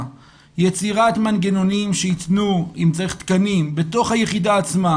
יצירת מנגנונים שיתנו אם צריך תקנים בתוך היחידה עצמה,